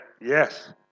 Yes